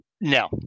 no